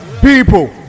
people